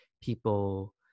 people